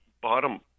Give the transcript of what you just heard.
bottom